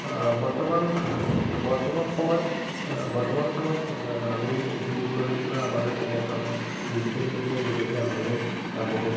বৰ্তমান বৰ্তমান সময়ত বৰ্তমান সময়ত আমি দূৰ দূৰণিৰ পৰা আমালৈ তেনেধৰণে ডিজিটেল মিডিয়াৰ যোগেদি আমালৈ বহুত